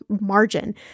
margin